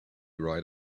right